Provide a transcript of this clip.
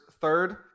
third